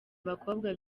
abakobwa